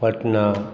Patna